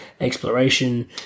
exploration